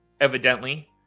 evidently